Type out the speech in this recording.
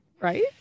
right